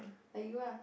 like you ah